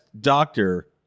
doctor